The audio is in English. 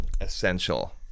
Essential